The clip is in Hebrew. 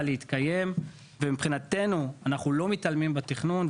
להתקיים ומבחינתנו אנחנו לא מתעלמים בתכנון,